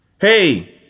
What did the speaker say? hey